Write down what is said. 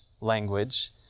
language